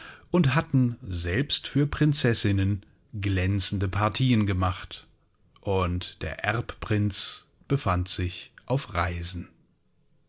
und hatten selbst für prinzessinnen glänzende partieen gemacht und der erbprinz befand sich auf reisen